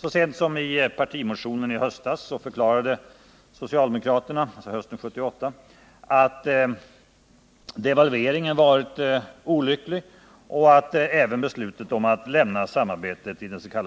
Så sent som i partimotionen hösten 1978 förklarade socialdemokraterna att devalveringen varit olycklig och att beslutet om att lämna samarbetet i den s.k.